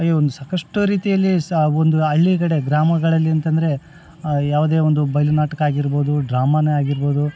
ಒಂದು ಸಾಕಷ್ಟು ರೀತಿಯಲ್ಲಿ ಸಹ ಒಂದು ಹಳ್ಳಿ ಕಡೆ ಗ್ರಾಮಗಳಲ್ಲಿ ಅಂತಂದ್ರೆ ಯಾವುದೇ ಒಂದು ಬಯಲು ನಾಟಕ ಆಗಿರಬೌದು ಡ್ರಾಮಾನೇ ಆಗಿರಬೌದು